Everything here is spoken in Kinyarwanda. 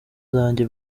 zanjye